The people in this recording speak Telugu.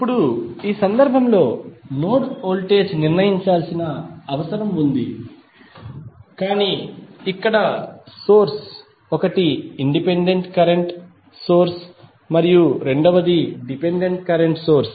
ఇప్పుడు ఈ సందర్భంలో నోడ్ వోల్టేజ్ నిర్ణయించాల్సిన అవసరం ఉంది కాని ఇక్కడ సోర్స్ ఒకటి ఇండిపెండెంట్ కరెంట్ సోర్స్ మరియు రెండవది డిపెండెంట్ కరెంట్ సోర్స్